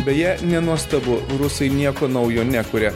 beje nenuostabu rusai nieko naujo nekuria